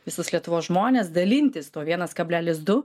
visus lietuvos žmones dalintis tuo vienas kablelis du